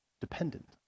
dependent